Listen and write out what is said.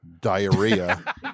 Diarrhea